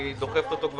היא דוחפת אותו,